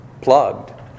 plugged